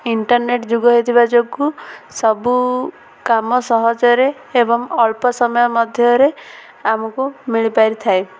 internet ଯୁଗ ହୋଇଥିବା ଯୋଗୁଁ ସବୁ କାମ ସହଜରେ ଏବଂ ଅଳ୍ପ ସମୟ ମଧ୍ୟରେ ଆମକୁ ମିଳିପାରିଥାଏ